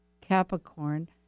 Capricorn